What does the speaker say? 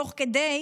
תוך כדי